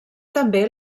també